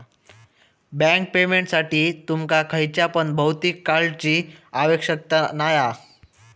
bank पेमेंटसाठी तुमका खयच्या पण भौतिक कार्डची आवश्यकता नाय हा